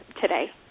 today